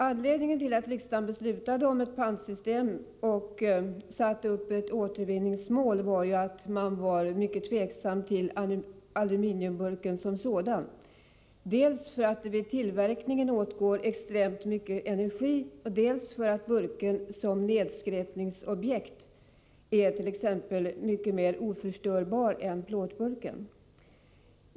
Anledningen till att riksdagen beslutade om ett pantsystem och satte upp ett återvinningsmål var att man ställde sig mycket skeptisk till aluminiumburken som sådan, dels därför att det vid tillverkningen åtgår extremt mycket energi, dels därför att burken som nedskräpningsobjekt är mycket mer oförstörbar än plåtburken.